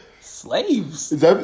slaves